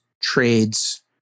trades